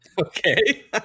Okay